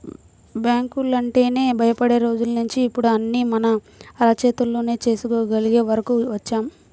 బ్యాంకులంటేనే భయపడే రోజుల్నించి ఇప్పుడు అన్నీ మన అరచేతిలోనే చేసుకోగలిగే వరకు వచ్చాం